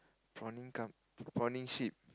prawning com prawning ship